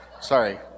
Sorry